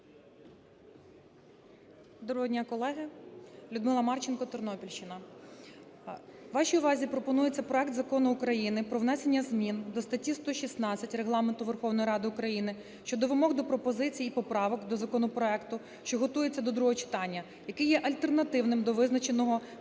Доброго дня, колеги. Людмила Марченко, Тернопільщина. Вашій увазі пропонується проект Закону України про внесення змін до статті 116 Регламенту Верховної Ради України щодо вимог до пропозицій і поправок до законопроекту, що готується до другого читання, який є альтернативним до визначеного Президентом